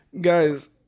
guys